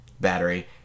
Battery